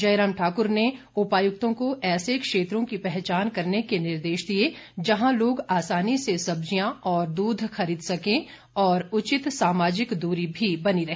जयराम ठाकुर ने उपायुक्तों को ऐसे क्षेत्रों की पहचान करने के निर्देश दिए जहां लोग आसानी से सब्जियां और दूध खरीद सकें और उचित सामाजिक दूरी भी बनी रहे